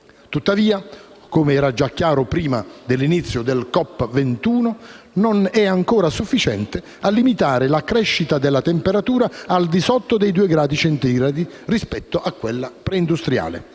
Tuttavia, come era già chiaro prima dell'inizio del COP21, non è ancora sufficiente a limitare la crescita della temperatura al di sotto dei 2 gradi centigradi rispetto a quella preindustriale.